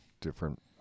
different